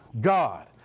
God